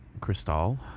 Crystal